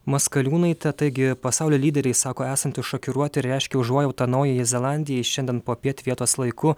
maskaliūnaitė taigi pasaulio lyderiai sako esantys šokiruoti reiškė užuojautą naujajai zelandijai šiandien popiet vietos laiku